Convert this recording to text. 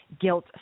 guilt